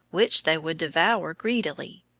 which they would devour greedily.